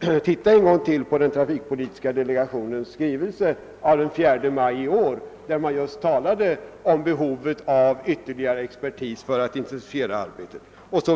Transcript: än en gång se på den trafikpolitiska delegationens skrivelse av den 4 maj i år där det just talas om behovet av ytterligare expertis för att intensifiera arbetet.